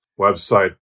website